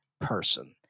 person